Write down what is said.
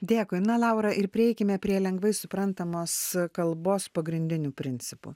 dėkui na laura ir prieikime prie lengvai suprantamos kalbos pagrindinių principų